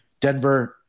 Denver